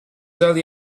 early